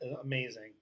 Amazing